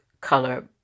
color